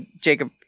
Jacob